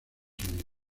unidos